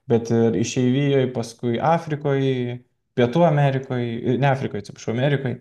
bet ir išeivijoj paskui afrikoj pietų amerikoj ir ne afrikoj amerikoj